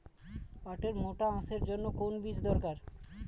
পাটের মোটা আঁশের জন্য কোন বীজ দরকার?